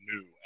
new